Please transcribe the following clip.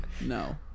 No